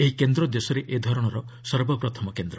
ଏହି କେନ୍ଦ୍ର ଦେଶରେ ଏ ଧରଣର ସର୍ବପ୍ରଥମ କେନ୍ଦ୍ର